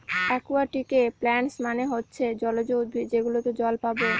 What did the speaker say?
একুয়াটিকে প্লান্টস মানে হচ্ছে জলজ উদ্ভিদ যেগুলোতে জল পাবো